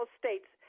states